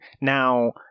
Now